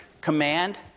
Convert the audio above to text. Command